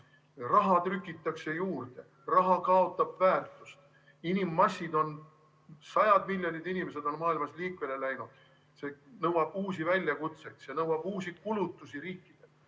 Raha trükitakse juurde, raha kaotab väärtust. Inimmassid, sajad miljonid inimesed on maailmas liikvele läinud, see tekitab uusi väljakutseid, see nõuab uusi kulutusi riigilt.